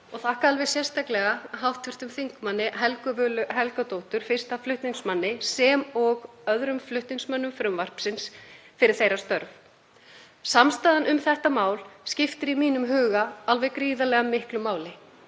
og þakka alveg sérstaklega hv. þm. Helgu Völu Helgadóttur, fyrsta flutningsmanni, sem og öðrum flutningsmönnum frumvarpsins fyrir þeirra störf. Samstaðan um þetta mál skiptir í mínum huga alveg gríðarlega miklu máli.